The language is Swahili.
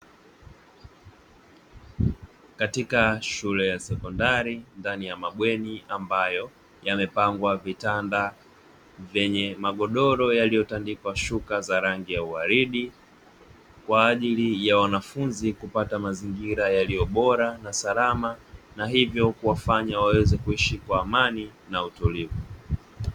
Katika shule ya sekondari ndani ya mabweni ambayo yamepangwa vitanda vyenye magodoro yaliyo tandikwa shuka za rangi ya uwaridi, kwaajili ya wanafunzi kupata mazingira yaliyo bora na salama, na hivyo kuwafanya waweze kuishi kwa amani na utulivu.